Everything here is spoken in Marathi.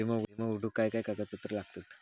विमो उघडूक काय काय कागदपत्र लागतत?